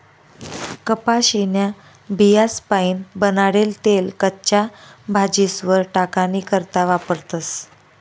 कपाशीन्या बियास्पाईन बनाडेल तेल कच्च्या भाजीस्वर टाकानी करता वापरतस